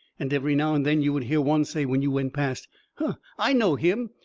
and every now and then you would hear one say when you went past huh, i know him!